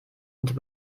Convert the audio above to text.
unter